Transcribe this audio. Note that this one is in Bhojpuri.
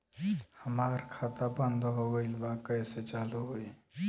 हमार खाता बंद हो गईल बा कैसे चालू होई?